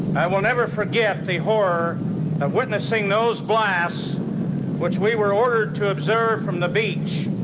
i will never forget the horror of witnessing those blasts which we were ordered to observe from the beach,